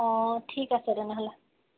অঁ ঠিক আছে তেনেহ'লে